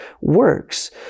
works